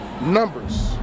Numbers